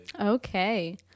okay